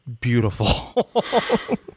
beautiful